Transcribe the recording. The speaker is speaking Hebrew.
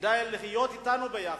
כדי להיות אתנו ביחד,